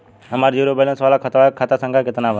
हमार zero balance वाला खतवा के खाता संख्या केतना बा?